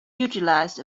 utilized